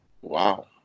wow